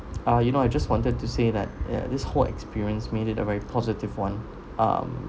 ah you know I just wanted to say that ya this whole experience made it a very positive one um